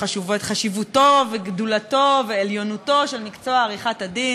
חשיבותו וגדולתו ועליונותו של מקצוע עריכת הדין.